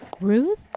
Ruth